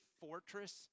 fortress